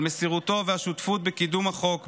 על מסירותו והשותפות בקידום החוק בזריזות,